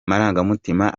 marangamutima